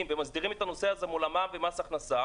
ומסדירים את הנושא הזה מול המע"מ ומס הכנסה,